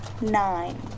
Nine